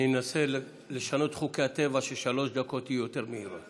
אני אנסה לשנות את חוקי הטבע כך ששלוש הדקות יהיו יותר מהירות.